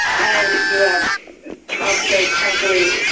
and you have trump very crankily,